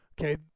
Okay